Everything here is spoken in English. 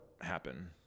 happen